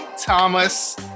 Thomas